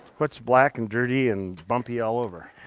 what's black and dirty and bumpy all over?